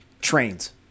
trains